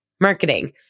marketing